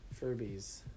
Furbies